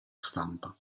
stampa